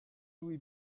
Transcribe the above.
louis